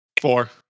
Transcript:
Four